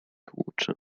tłucze